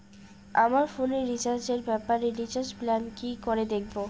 আমার ফোনে রিচার্জ এর ব্যাপারে রিচার্জ প্ল্যান কি করে দেখবো?